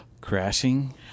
crashing